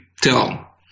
tell